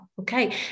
okay